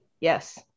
yes